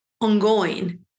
ongoing